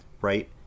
Right